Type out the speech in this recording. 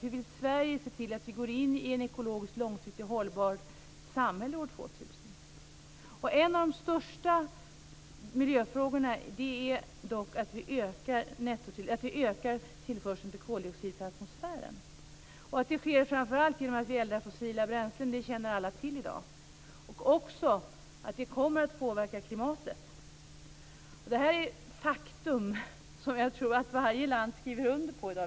Hur vill Sverige se till att vi långsiktigt går in i ett ekologiskt hållbart samhälle år 2000? En av de största miljöfrågorna är dock att vi ökar tillförseln av koldioxid till atmosfären. Att det sker, framför allt genom att vi eldar fossila bränslen, känner alla i dag till, liksom att det kommer att påverka klimatet. Detta är ett faktum som jag tror att varje land i dag skriver under på.